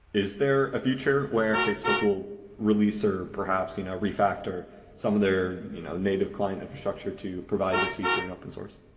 is there a future where facebook will release or perhaps you know re-factor some their you know native client infrastructure to provide this feature in open-source?